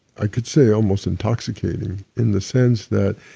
i could say, almost intoxicating in the sense that